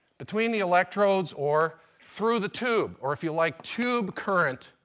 between the electrodes, or through the tube. or if you like, tube current.